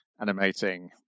animating